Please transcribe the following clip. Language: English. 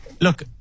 Look